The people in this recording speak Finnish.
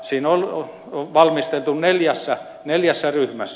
sitä on valmisteltu neljässä ryhmässä